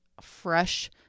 fresh